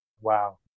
Wow